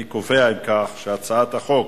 אני קובע, אם כך, שהצעת חוק